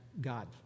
God